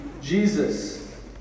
Jesus